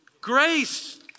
Grace